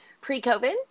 pre-covid